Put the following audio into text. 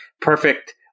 perfect